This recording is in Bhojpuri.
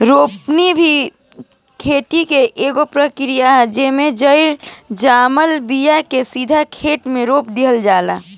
रोपनी भी खेती के एगो प्रक्रिया ह, जेइमे जरई जमाल बिया के सीधे खेते मे रोप दिहल जाला